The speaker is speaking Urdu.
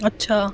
اچھا